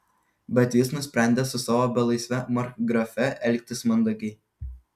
bet jis nusprendė su savo belaisve markgrafe elgtis mandagiai